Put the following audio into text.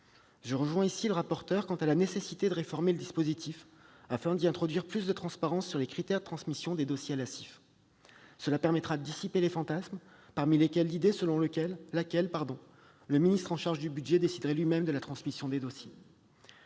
Je rejoins ici M. le rapporteur quant à la nécessité de réformer le dispositif afin d'y introduire plus de transparence sur les critères de transmission des dossiers à la CIF. Cela permettra de dissiper les fantasmes, parmi lesquels l'idée selon laquelle le ministre en charge du budget déciderait lui-même de la transmission des dossiers.